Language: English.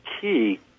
key